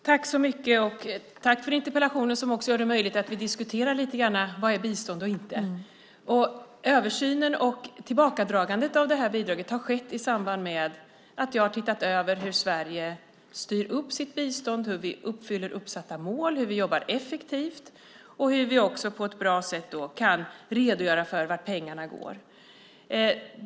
Herr talman! Tack för interpellationen som gör det möjligt att diskutera lite grann vad som är bistånd och vad som inte är det. Tillbakadragandet av det här bidraget har skett i samband med att jag har gjort en översyn av hur Sverige styr upp sitt bistånd, hur vi uppfyller uppsatta mål, hur vi jobbar effektivt och hur vi också på ett bra sätt kan redogöra för vart pengarna går.